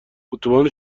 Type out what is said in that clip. اتوبان